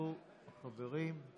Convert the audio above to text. יוכנסו החברים.